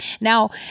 Now